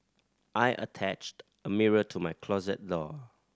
I attached a mirror to my closet door